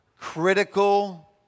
Critical